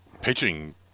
pitching